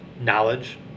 knowledge